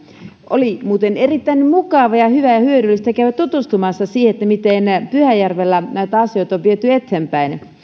oli muuten erittäin mukavaa hyvää ja hyödyllistä käydä tutustumassa siihen miten pyhäjärvellä näitä asioita on viety eteenpäin